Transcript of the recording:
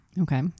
okay